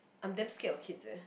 I'm damn scare of kids eh